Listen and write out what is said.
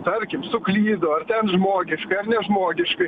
tarkim suklydo ar ten žmogiška ar nežmogiška